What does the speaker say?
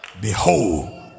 behold